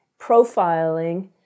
profiling